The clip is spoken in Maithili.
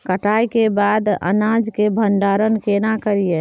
कटाई के बाद अनाज के भंडारण केना करियै?